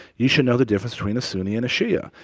you should know the difference between a sunni and a shia.